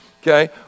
okay